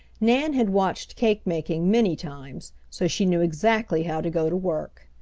nan had watched cake-making many times, so she knew exactly how to go to work.